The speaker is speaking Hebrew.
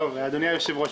אדוני היושב-ראש,